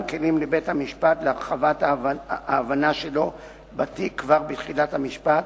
כלים לבית-משפט להרחבת ההבנה שלו בתיק כבר בתחילת המשפט,